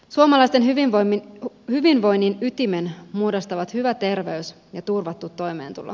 suomalaisten hyvinvoinnin ytimen muodostavat hyvä terveys ja turvattu toimeentulo